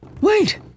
Wait